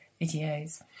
videos